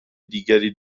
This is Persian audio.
دیگری